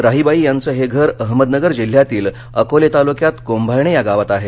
राहीबाई यांचं हे घर अहमदनगर जिल्ह्यातील अकोले तालुक्यात कोंभाळणे या गावात आहे